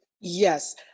Yes